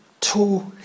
two